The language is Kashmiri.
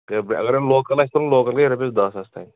تہِ اگرَے لوکَل آسہِ تُلُن لوکَل گژھِ رۄپیِس داہ ساس تام